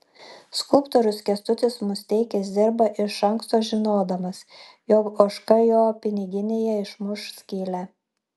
skulptorius kęstutis musteikis dirba iš anksto žinodamas jog ožka jo piniginėje išmuš skylę